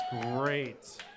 great